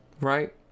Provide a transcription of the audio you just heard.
Right